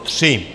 3.